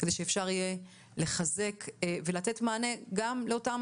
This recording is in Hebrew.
כדי שאפשר יהיה לחזק ולתת מענה גם לאותם